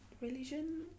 religion